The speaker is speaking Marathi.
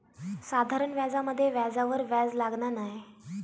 साधारण व्याजामध्ये व्याजावर व्याज लागना नाय